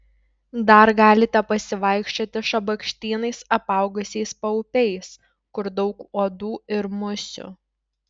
dar galite pasivaikščioti šabakštynais apaugusiais paupiais kur daug uodų ir musių